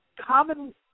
common